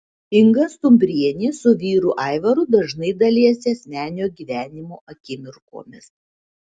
inga stumbrienė su vyru aivaru dažnai dalijasi asmeninio gyvenimo akimirkomis